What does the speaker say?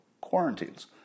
quarantines